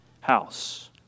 house